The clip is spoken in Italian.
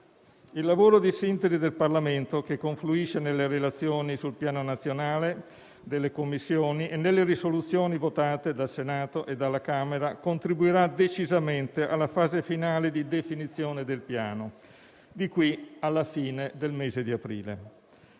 Il lavoro di sintesi del Parlamento, che confluisce nelle relazioni delle Commissioni sul Piano nazionale e nelle risoluzioni votate dal Senato e dalla Camera, contribuirà decisamente alla fase finale di definizione del Piano di qui alla fine del mese di aprile.